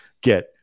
get